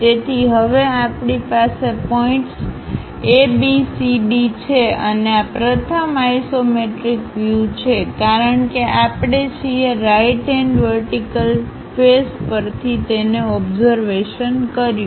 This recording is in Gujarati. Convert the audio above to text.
તેથી હવે આપણી પાસે પોઇન્ટ્સ ABCD છે અને આ પ્રથમ આઇસોમેટ્રિક વ્યૂ છે કારણ કે આપણે છીએ રાઈટ હેન્ડ વર્ટિકલ ફેસ પરથી તેને ઓબ્ઝર્વેશન કર્યું